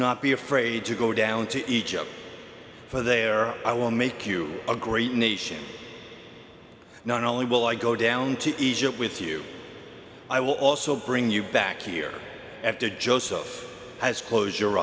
not be afraid to go down to egypt for there i will make you a great nation not only will i go down to egypt with you i will also bring you back here after joseph has close your